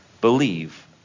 believe